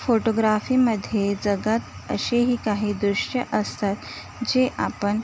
फोटोग्राफीमध्ये जगात असेही काही दृश्य असतात जे आपण